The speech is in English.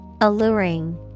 Alluring